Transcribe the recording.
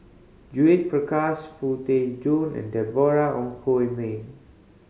Judith Prakash Foo Tee Jun and Deborah Ong Hui Min